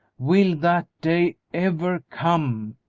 will that day ever come,